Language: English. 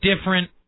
different